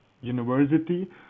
university